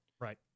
Right